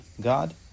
God